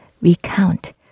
recount